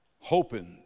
Hoping